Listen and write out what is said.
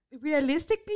realistically